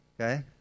Okay